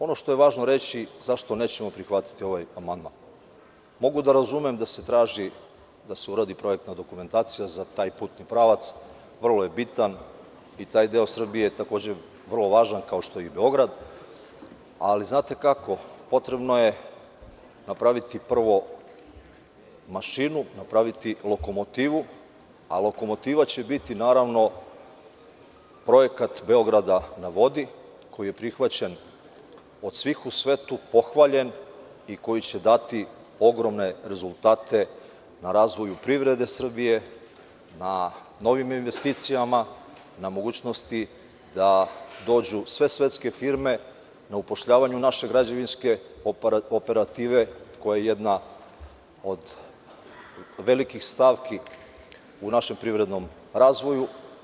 Ono što je važno reći zašto nećemo prihvatiti ovaj amandman – mogu da razumem da se traži da se uradi projektna dokumentacija za taj putni pravac, vrlo je bitan i taj deo Srbije, kao što i Beograd, ali je potrebno napraviti prvo mašinu, lokomotivu, a lokomotiva će biti naravno projekat „Beograd na vodi“ koji je prihvaćen od svih u svetu, pohvaljen i koji će dati ogromne rezultate razvoju privrede Srbije na novim investicijama, na mogućnosti da dođu sve svetske firme, na upošljavanju naše građevinske operative koja je jedna od velikih stavki u našem privrednom razvoju.